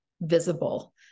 visible